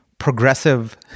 progressive